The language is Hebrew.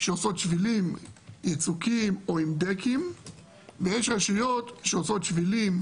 שעושות שבילים יצוקים או עם דקים ויש רשויות שעושות שבילים